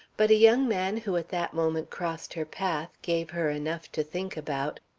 but a young man who at that moment crossed her path gave her enough to think about.